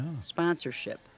sponsorship